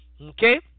okay